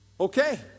Okay